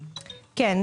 כן,